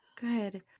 Good